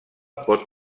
pot